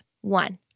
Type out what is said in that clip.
One